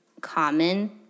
common